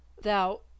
Thou—